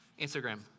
Instagram